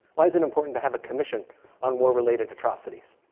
why is it important to have a commission on war-related atrocities?